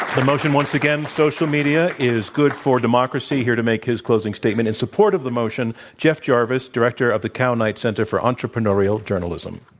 ah the motion, once again, social media is good for democracy. here to make his closing statement in support of the motion, jeff jarvis, director of the tow-knight center for entrepreneurial journalism.